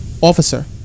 Officer